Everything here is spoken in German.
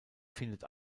findet